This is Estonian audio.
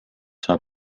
saab